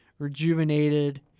rejuvenated